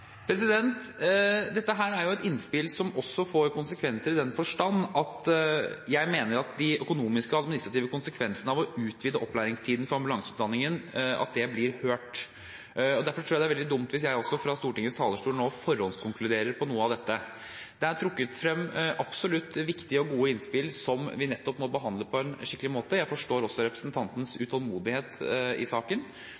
også får konsekvenser i den forstand at jeg mener at de økonomiske og administrative konsekvensene av å utvide opplæringstiden for ambulanseutdanningen skal ut på høring. Derfor tror jeg det er veldig dumt om jeg fra Stortingets talerstol nå forhåndskonkluderer på noe av dette. Det er trukket frem absolutt viktige og gode innspill som vi nettopp må behandle på en skikkelig måte. Jeg forstår også representantens